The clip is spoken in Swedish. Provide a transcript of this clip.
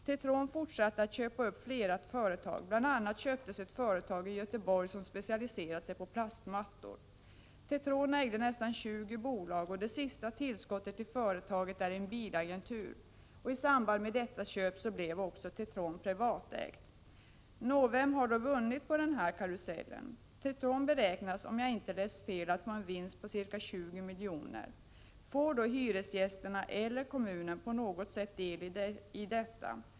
Tetron fortsatte att köpa upp flera företag. Bl. a. köptes ett företag i Göteborg som specialiserat sig på plastmattor. Tetron ägde nästan 20 bolag. Det sista tillskottet till företaget är en bilagentur. I samband med detta köp blev Tetron också privatägt. Nå, vem har då vunnit på denna karusell? Tetron beräknas, om jag inte läst fel, att få en vinst på ca 20 miljoner. Får då hyresgästerna eller kommunen på något sätt del i detta?